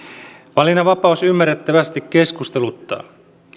valinnanvapaus ymmärrettävästi keskusteluttaa